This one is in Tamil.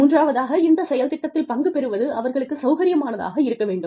மூன்றாவதாக இந்த செயல் திட்டத்தில் பங்கு பெறுவது அவர்களுக்குச் சௌகரியமானதாக இருக்க வேண்டும்